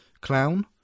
clown